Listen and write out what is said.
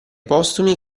postumi